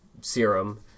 serum